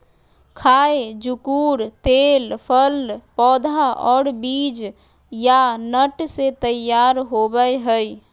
खाय जुकुर तेल फल पौधा और बीज या नट से तैयार होबय हइ